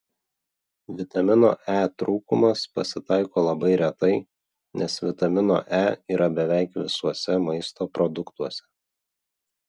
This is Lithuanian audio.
vitamino e trūkumas pasitaiko labai retai nes vitamino e yra beveik visuose maisto produktuose